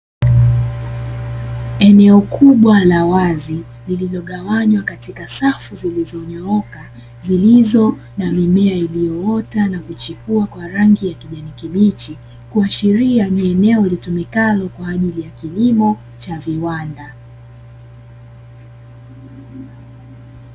Eneo kubwa la wazi lililogawanywa katika safu zilizonyooka, zilizo na mimea iliyoota na kuchipua kwa rangi ya kijani kibichi, kuashiria ni eneo litumikalo kwaajili ya kilimo cha viwanda.